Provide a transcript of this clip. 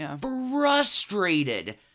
frustrated